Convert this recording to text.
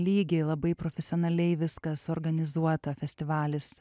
lygy labai profesionaliai viskas suorganizuota festivalis